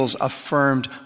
affirmed